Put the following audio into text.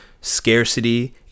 scarcity